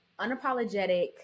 unapologetic